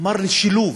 אמר לי: שילוב.